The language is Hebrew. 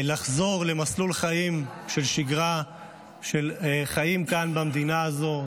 לחזור למסלול חיים של שגרה של חיים כאן במדינה הזאת.